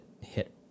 hit